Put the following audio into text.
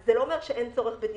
זה לא אומר שאין צורך בדימות,